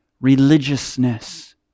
religiousness